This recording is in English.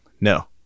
No